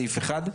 סעיף 1?